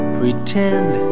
pretend